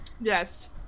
Yes